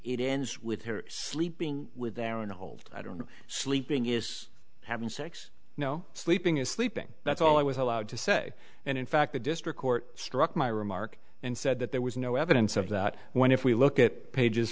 it ends with her sleeping with their on hold i don't sleeping is having sex no sleeping is sleeping that's all i was allowed to say and in fact the district court struck my remark and said that there was no evidence of that when if we look at pages